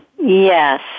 Yes